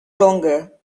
longer